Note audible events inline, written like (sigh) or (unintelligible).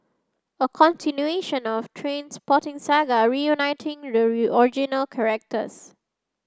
a (unintelligible) of Trainspotting saga reuniting the original characters